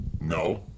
no